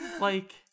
like-